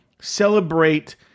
celebrate